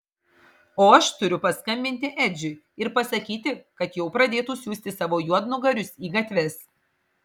o aš turiu paskambinti edžiui ir pasakyti kad jau pradėtų siųsti savo juodnugarius į gatves